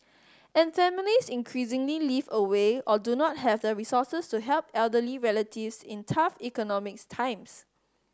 and families increasingly live away or do not have the resources to help elderly relatives in tough economics times